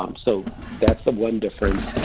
um so that's the one difference.